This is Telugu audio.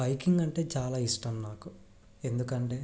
బైకింగ్ అంటే చాలా ఇష్టం నాకు ఎందుకంటే